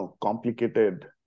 complicated